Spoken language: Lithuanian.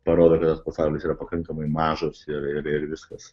parodo kad tas pasaulis yra pakankamai mažas ir ir viskas